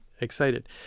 excited